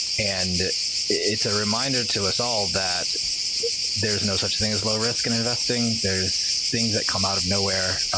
and it's a reminder to us all that there's no such thing as low-risk in investing. there's things that come out of nowhere.